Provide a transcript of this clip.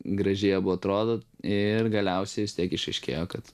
gražiai abu atrodo ir galiausiai vis tiek išaiškėjo kad